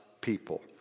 people